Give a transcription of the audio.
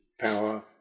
power